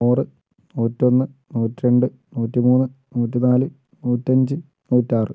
നൂറ് നൂറ്റൊന്ന് നൂറ്റിരണ്ട് നൂറ്റിമൂന്ന് നൂറ്റിനാല് നൂറ്റഅഞ്ച് നൂറ്റാറ്